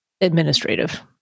administrative